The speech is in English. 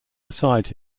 beside